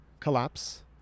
Collapse